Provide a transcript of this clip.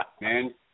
man